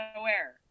aware